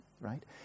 Right